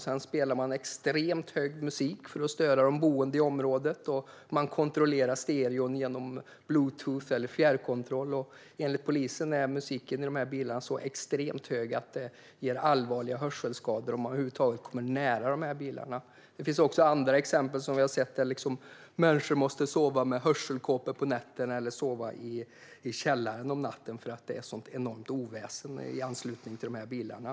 Sedan spelar man extremt hög musik för att störa de boende i området. Man kontrollerar stereon genom bluetooth eller fjärrkontroll. Enligt polisen är musiken i de här bilarna så extremt hög att det ger allvarliga hörselskador om man över huvud taget kommer nära bilarna. Det finns också andra exempel som vi har sett där människor måste sova med hörselkåpor på nätterna eller i källaren om natten för att det är ett så enormt oväsen i anslutning till bilarna.